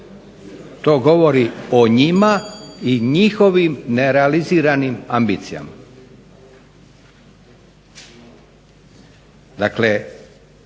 To govori o njima i njihovim nerealiziranim ambicijama.